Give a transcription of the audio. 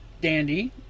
Dandy